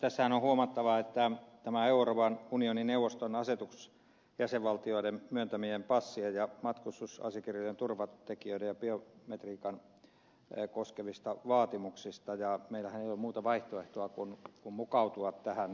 tässähän on huomattava tämä euroopan unionin neuvoston asetus jäsenvaltioiden myöntämien passien ja matkustusasiakirjojen turvatekijöitä ja biometriikkaa koskevista vaatimuksista ja meillähän ei ole muuta vaihtoehtoa kuin mukautua tähän